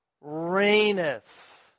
reigneth